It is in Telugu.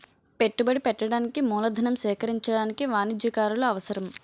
పెట్టుబడి పెట్టడానికి మూలధనం సేకరించడానికి వాణిజ్యకారులు అవసరం